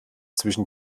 zwischen